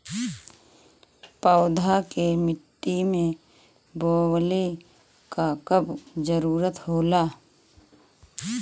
पौधा के मिट्टी में बोवले क कब जरूरत होला